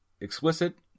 explicit